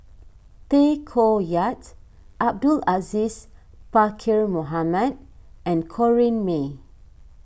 Tay Koh Yat Abdul Aziz Pakkeer Mohamed and Corrinne May